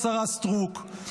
השרה סטרוק,